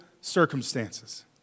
circumstances